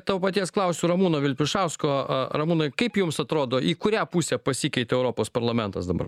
to paties klausiu ramūno vilpišausko ramūnai kaip jums atrodo į kurią pusę pasikeitė europos parlamentas dabar